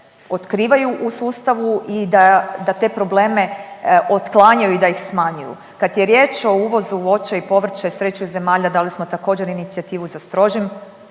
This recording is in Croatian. u sustavu i da te probleme otklanjaju i da ih smanjuju. Kad je riječ o uvozu voća i povrća iz trećih zemalja, dali smo također, inicijativu za strožim